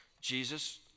Jesus